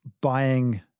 buying